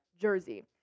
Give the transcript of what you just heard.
Jersey